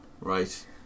Right